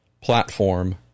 platform